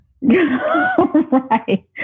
Right